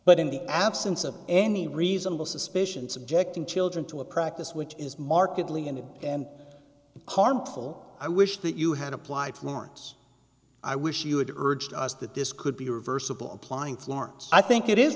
but in the absence of any reasonable suspicion subjecting children to a practice which is markedly and in and harmful i wish that you had applied florence i wish you had urged us that this could be reversible applying florence i think it is